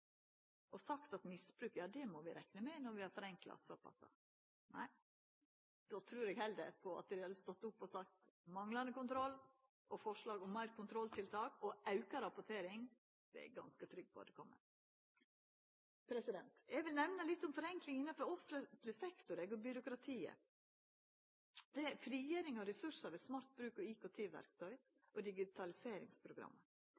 og sagt at misbruk, ja, det må ein rekna med når ein har forenkla såpass. Nei, då trur eg heller at ein hadde stått opp og sagt: Manglande kontroll og forslag om fleire kontrolltiltak og auka rapportering! Det er eg ganske trygg på hadde komme. Eg vil nemna litt om forenkling innan offentleg sektor og byråkratiet. Når det gjeld frigjering av ressursar ved smart bruk av IKT-verktøy og